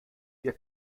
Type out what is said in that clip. wir